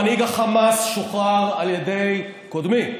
מנהיג החמאס שוחרר על ידי קודמי.